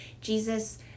Jesus